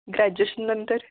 ग्रॅज्युएशनंतर